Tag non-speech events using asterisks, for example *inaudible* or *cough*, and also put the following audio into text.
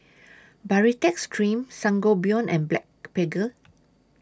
Baritex Cream Sangobion and *unintelligible*